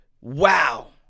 wow